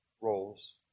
roles